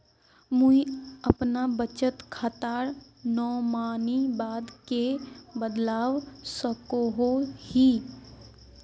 मुई अपना बचत खातार नोमानी बाद के बदलवा सकोहो ही?